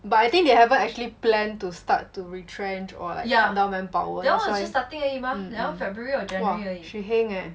but I think they haven't actually plan to start to retrench or like cut down manpower that's why mm mm !wah! she heng eh